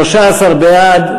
13 בעד,